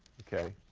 okay?